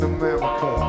America